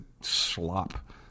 Slop